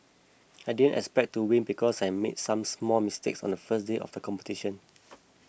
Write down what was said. I didn't expect to win because I made some small mistakes on the first day of the competition